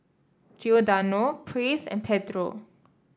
Giordano Praise and Pedro